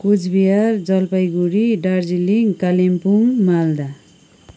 Cooch Behar Jalpaiguri Darjeeling Kalimpong Malda